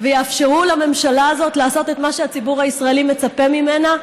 ויאפשרו לממשלה הזאת לעשות את מה שהציבור הישראלי מצפה ממנה,